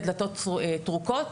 ודלתות טרוקות.